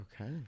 Okay